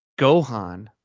gohan